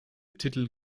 titel